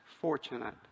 fortunate